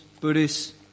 Buddhists